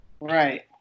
Right